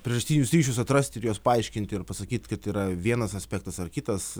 priežastinius ryšius atrasti ir juos paaiškinti ir pasakyt kad yra vienas aspektas ar kitas